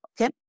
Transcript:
okay